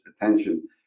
attention